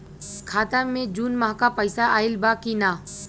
खाता मे जून माह क पैसा आईल बा की ना?